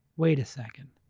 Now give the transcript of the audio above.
wait a second,